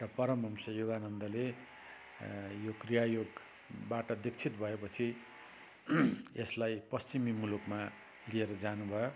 परमहंस योगानन्दले यो क्रियायोगबाट दीक्षित भएपछि यसलाई पश्चिमी मुलुकमा लिएर जानुभयो